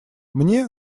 мне